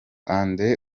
andre